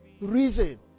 reason